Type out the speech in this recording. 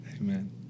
Amen